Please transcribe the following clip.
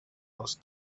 dels